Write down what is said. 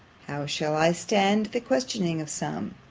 how shall i stand the questions of some,